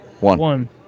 One